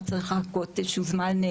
הוא צריך לחכות איזשהו זמן.